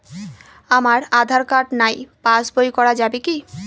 আমার আঁধার কার্ড নাই পাস বই করা যাবে কি?